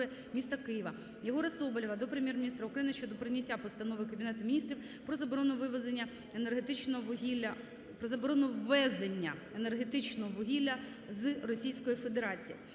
міста Києва. Єгора Соболєва до Прем'єр-міністра України щодо прийняття Постанови Кабінету Міністрів про заборону ввезення енергетичного вугілля з Російської Федерації.